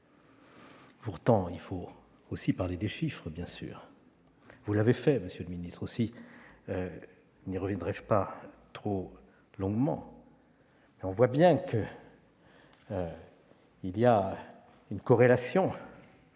Pour autant, il nous faut aussi parler des chiffres bien sûr. Vous l'avez fait, monsieur le ministre. Aussi n'y reviendrai-je pas trop longuement. On voit bien qu'il existe une corrélation